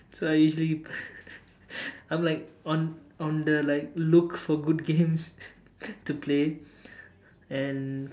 so I usually I'm like on on the like look for good games to play and